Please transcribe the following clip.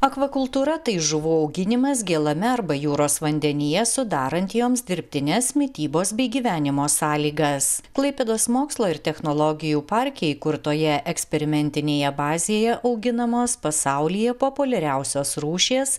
akvakultūra tai žuvų auginimas gėlame arba jūros vandenyje sudarant joms dirbtines mitybos bei gyvenimo sąlygas klaipėdos mokslo ir technologijų parke įkurtoje eksperimentinėje bazėje auginamos pasaulyje populiariausios rūšies